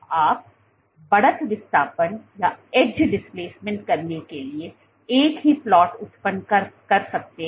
आप बढ़त विस्थापन करने के लिए एक ही प्लॉट उत्पन्न कर सकते हैं